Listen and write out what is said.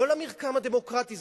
לא למרקם הדמוקרטי,